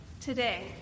today